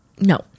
no